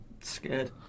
scared